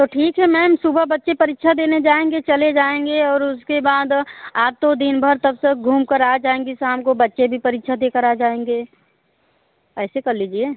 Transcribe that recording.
तो ठीक है मैम सुबह बच्चे परीक्षा देने जाएंगे चले जाएंगे और उसके बाद आप तो दिनभर तब सब घूम कर आ जाएंगी शाम को बच्चे भी परीक्षा देकर आ जाएंगे ऐसे कर लीजिए